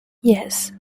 yes